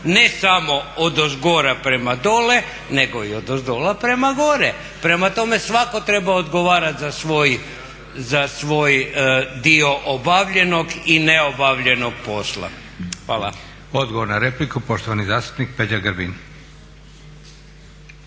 ne samo odozgora prema dolje, nego i odozdola prema gore. Prema tome, svatko treba odgovarati za svoj dio obavljenog i neobavljenog posla. Hvala. **Leko, Josip (SDP)** Odgovor na repliku poštovani zastupnik Peđa Grbin.